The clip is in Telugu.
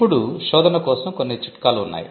ఇప్పుడు శోధన కోసం కొన్ని చిట్కాలు ఉన్నాయి